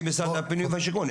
כמשרד הפנים והשיכון,